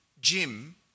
Jim